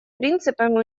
принципами